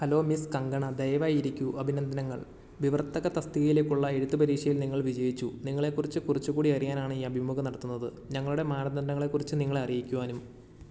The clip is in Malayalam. ഹലോ മിസ് കങ്കണ ദയവായി ഇരിക്കൂ അഭിനന്ദനങ്ങൾ വിവർത്തക തസ്തികയിലേക്കുള്ള എഴുത്തുപരീക്ഷയിൽ നിങ്ങൾ വിജയിച്ചു നിങ്ങളെക്കുറിച്ച് കുറച്ചുകൂടി അറിയാനാണ് ഈ അഭിമുഖം നടത്തുന്നത് ഞങ്ങളുടെ മാനദണ്ഡങ്ങളെക്കുറിച്ച് നിങ്ങളെ അറിയിക്കുവാനും